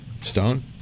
Stone